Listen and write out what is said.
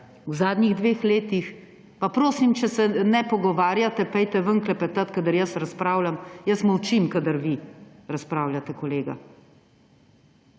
oglašanje v dvorani/ Pa prosim, da se ne pogovarjate, pojdite ven klepetat, kadar jaz razpravljam. Jaz molčim, kadar vi razpravljate, kolega.